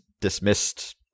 dismissed